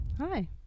Hi